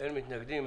אין מתנגדים.